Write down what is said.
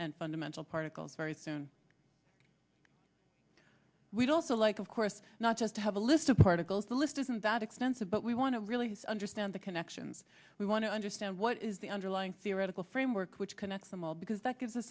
and fundamental particles very soon we don't know like of course not just have a list of particles a list isn't that expensive but we want to really understand the connections we want to understand what is the underlying theoretical framework which connects them all because that gives us